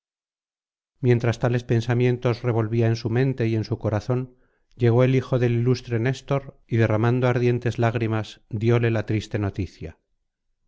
mientras tales pensamientos revolvía en su mente y en su corazón llegó el hijo del ilustre néstor y derramando ardientes lagrimas dióle la triste noticia